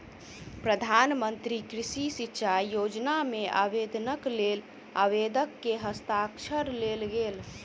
प्रधान मंत्री कृषि सिचाई योजना मे आवेदनक लेल आवेदक के हस्ताक्षर लेल गेल